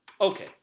Okay